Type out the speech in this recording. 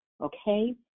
okay